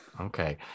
Okay